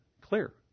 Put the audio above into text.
clear